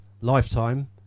lifetime